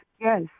yes